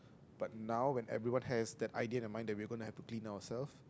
but now when everyone has that idea in our mind that we gonna have to clean ourselves